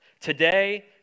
Today